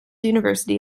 university